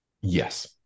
yes